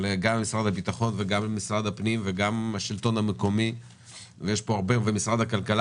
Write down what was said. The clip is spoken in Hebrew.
וגם משרד הביטחון ומשרד הפנים וגם השלטון המקומי ומשרד הכלכלה